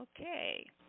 Okay